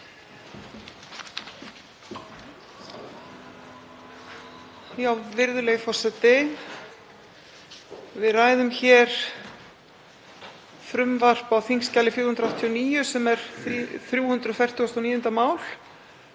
Virðulegi forseti. Við ræðum hér frumvarp á þingskjali 589 sem er 349. mál